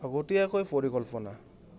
আগতীয়াকৈ পৰিকল্পনা